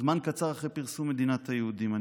זמן קצר אחרי פרסום מדינת היהודים.